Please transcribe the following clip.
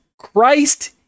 Christ